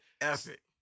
Epic